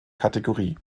kategorie